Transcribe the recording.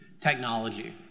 technology